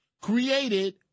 created